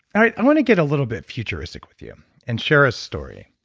i want to get a little bit futuristic with you and share a story.